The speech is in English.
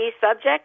subject